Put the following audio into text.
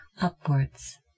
upwards